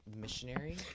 missionary